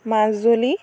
Majuli